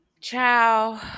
Ciao